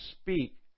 speak